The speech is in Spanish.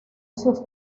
sus